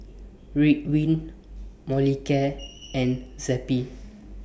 Ridwind Molicare and Zappy